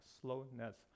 slowness